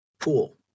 pool